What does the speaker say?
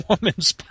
Woman's